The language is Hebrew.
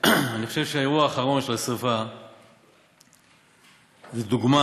אני חושב שהאירוע האחרון של השרפה זה דוגמה